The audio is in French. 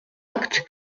acte